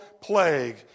plague